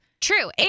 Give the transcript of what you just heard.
True